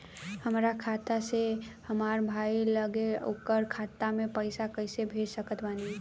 हमार खाता से हमार भाई लगे ओकर खाता मे पईसा कईसे भेज सकत बानी?